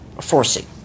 forcing